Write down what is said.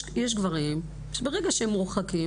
יש גברים שברגע שהם מורחקים,